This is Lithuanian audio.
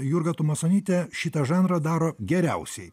jurga tumasonytė šitą žanrą daro geriausiai